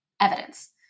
evidence